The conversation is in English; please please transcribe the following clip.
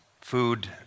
food